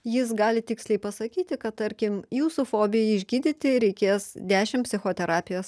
jis gali tiksliai pasakyti kad tarkim jūsų fobijai išgydyti reikės dešimt psichoterapijos